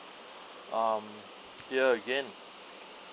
um here again